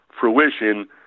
fruition